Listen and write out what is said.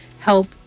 help